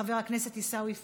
חבר הכנסת עיסאווי פריג'.